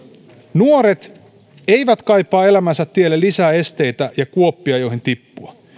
nuoret eivät kaipaa elämänsä tielle lisää esteitä ja kuoppia joihin tippua